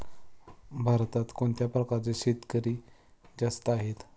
भारतात कोणत्या प्रकारचे शेतकरी जास्त आहेत?